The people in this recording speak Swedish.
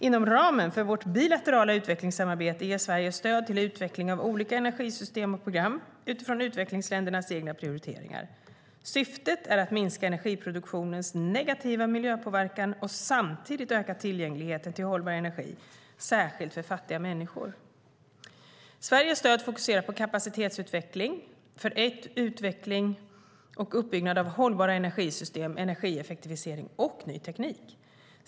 Inom ramen för vårt bilaterala utvecklingssamarbete ger Sverige stöd till utveckling av olika energisystem och program utifrån utvecklingsländers egna prioriteringar. Syftet är att minska energiproduktionens negativa miljöpåverkan och samtidigt öka tillgängligheten till hållbar energi, särskilt för fattiga människor. Sveriges stöd fokuserar på kapacitetsutveckling för utveckling och uppbyggnad av hållbara energisystem, energieffektivisering och ny teknik.